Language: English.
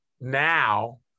now